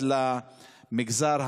בביר זית,